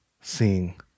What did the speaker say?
seeing